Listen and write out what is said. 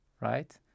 Right